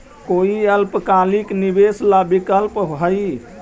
कोई अल्पकालिक निवेश ला विकल्प हई?